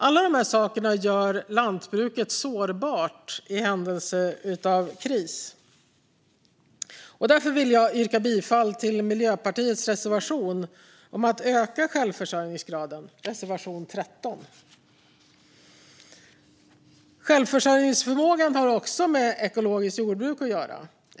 Alla de här sakerna gör lantbruket sårbart i händelse av kris, och därför vill jag yrka bifall till Miljöpartiets reservation 13 om att öka självförsörjningsgraden. Självförsörjningsförmågan har också med ekologiskt jordbruk att göra.